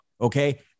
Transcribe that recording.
okay